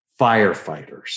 firefighters